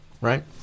right